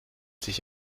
sich